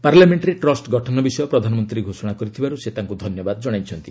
ପାର୍ଲାମେଙ୍କରେ trust ଗଠନ ବିଷୟ ପ୍ରଧାନମନ୍ତ୍ରୀ ଘୋଷଣା କରିଥିବାରୁ ସେ ତାଙ୍କୁ ଧନ୍ୟବାଦ ଜଣାଇଛନ୍ତି